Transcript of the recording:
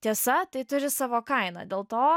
tiesa tai turi savo kainą dėl to